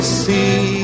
see